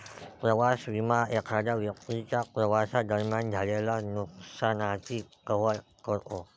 प्रवास विमा एखाद्या व्यक्तीच्या प्रवासादरम्यान झालेल्या नुकसानाची कव्हर करतो